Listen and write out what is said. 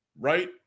right